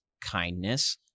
kindness